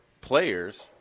players